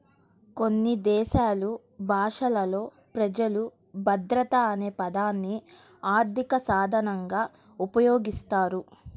కొన్ని దేశాలు భాషలలో ప్రజలు భద్రత అనే పదాన్ని ఆర్థిక సాధనంగా ఉపయోగిస్తారు